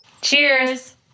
cheers